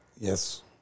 Yes